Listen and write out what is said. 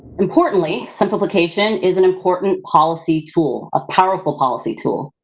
importantly, simplification is an important policy tool, a powerful policy tool.